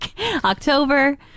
October